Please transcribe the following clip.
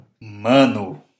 Mano